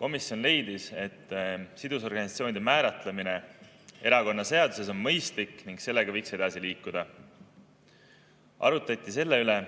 Komisjon leidis, et sidusorganisatsioonide määratlemine erakonnaseaduses on mõistlik ning sellega võiks edasi liikuda. Arutati selle üle,